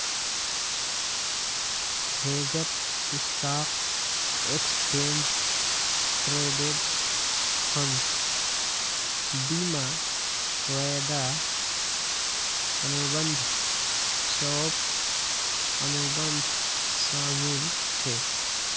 हेजत stock, exchange traded fund, बीमा, वायदा अनुबंध, स्वैप, अनुबंध शामिल छेक